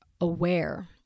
aware